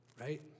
right